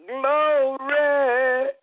glory